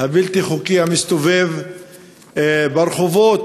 הבלתי-חוקי המסתובב ברחובות,